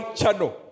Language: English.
channel